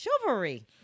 chivalry